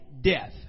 death